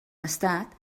estat